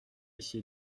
ici